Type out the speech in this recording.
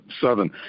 Southern